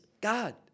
God